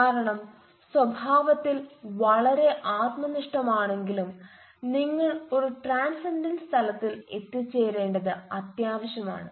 കാരണം സ്വഭാവത്തിൽ വളരെ ആത്മനിഷ്ഠമാണെങ്കിലും നിങ്ങൾ ഒരു ട്രാൻസെൻഡൻസ് തലത്തിൽ എത്തിച്ചേരേണ്ടത് അത്യാവശ്യമാണ്